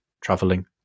traveling